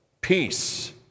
peace